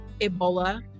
Ebola